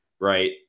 Right